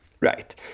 Right